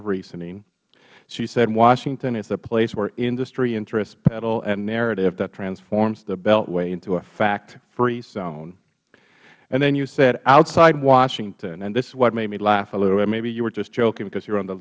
of reasoning she said and washington is a place where industry interests pedal a narrative that transforms the beltway into a factfree zone and then you said outside washington and this is what made me laugh a little or maybe you were just joking because you were on the